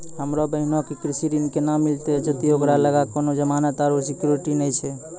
हमरो बहिनो के कृषि ऋण केना मिलतै जदि ओकरा लगां कोनो जमानत आरु सिक्योरिटी नै छै?